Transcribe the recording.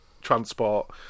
transport